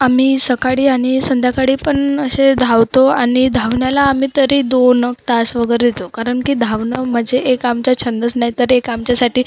आम्ही सकाळी आणि संध्याकाळी पण असे धावतो आणि धावण्याला आम्ही तरी दोन एक तास वगैरे देतो कारण की धावणं म्हणजे एक आमचा छंदच नाही तर एक आमच्यासाठी